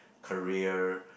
career